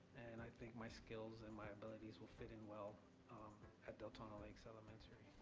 and i think my skills and my abilities will fit in well at deltona lakes elementary.